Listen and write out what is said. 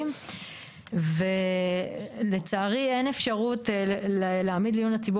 אבל אני חושב שאנחנו